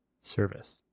service